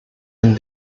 dem